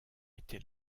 était